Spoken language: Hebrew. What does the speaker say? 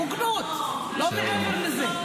הוגנות, לא מעבר לזה.